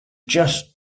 just